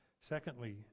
Secondly